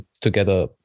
together